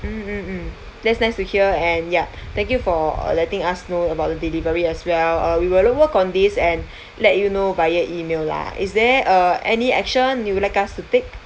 mm mm mm that's nice to hear and ya thank you for letting us know about the delivery as well uh we will work on this and let you know via email lah is there uh any action you would like us to take